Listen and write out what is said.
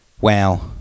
Wow